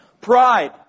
Pride